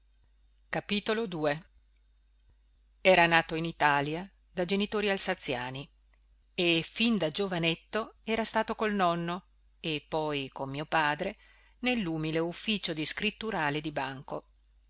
vera crudeltà era nato in italia da genitori alsaziani e fin da giovanetto era stato col nonno e poi con mio padre nellumile ufficio di scritturale di banco